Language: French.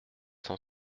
cent